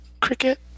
cricket